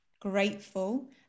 grateful